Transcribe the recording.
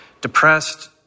depressed